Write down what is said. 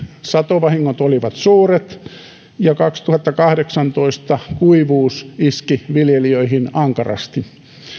satovahingot olivat suuret ja kaksituhattakahdeksantoista kuivuus iski viljelijöihin ankarasti